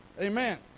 amen